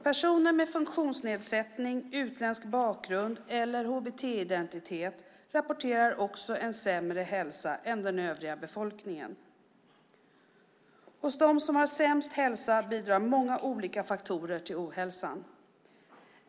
Personer med funktionsnedsättning, utländsk bakgrund eller hbt-identitet rapporterar också en sämre hälsa än den övriga befolkningen. Hos dem som har sämst hälsa bidrar många olika faktorer till ohälsan.